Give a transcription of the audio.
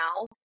now